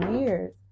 years